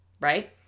right